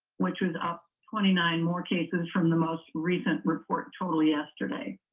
which was up twenty nine more cases from the most recent report total yesterday.